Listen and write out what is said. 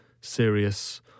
serious